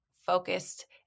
focused